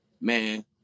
man